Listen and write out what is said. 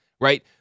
Right